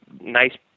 nice